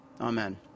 amen